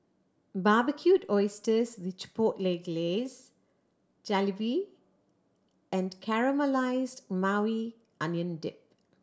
Barbecued Oysters with Chipotle Glaze Jalebi and Caramelized Maui Onion Dip